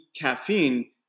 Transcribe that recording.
caffeine